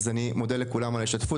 אז אני מודה לכולם על ההשתתפות.